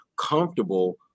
comfortable